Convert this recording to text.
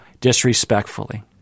disrespectfully